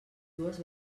dues